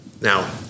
Now